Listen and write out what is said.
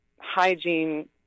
hygiene